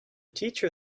teacher